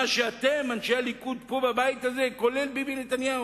מה שאתם, אנשי הליכוד בבית הזה, כולל ביבי נתניהו,